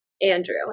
Andrew